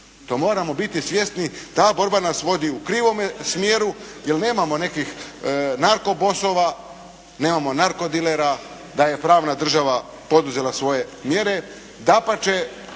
To moramo biti svjesni, ta borba nas vodi u krivome smjeru jer nemamo nekih narko bosova, nemamo narko dilera da je pravna država poduzela svoje mjere.